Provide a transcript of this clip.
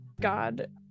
God